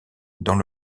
dans